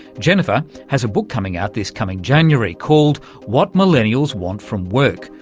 jennifer has a book coming out this coming january called what millennials want from work,